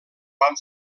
van